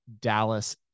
Dallas